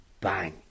bang